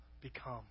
become